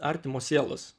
artimos sielos